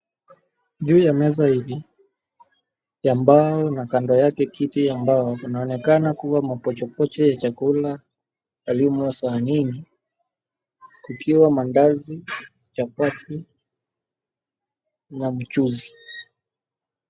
Juu ya meza hili ya mbao na kando yake kiti ya mbao inaonekana kuwa mapochopocho ya chakula yalimo sahanini kukiwa mandazi, chapati na mchuzi.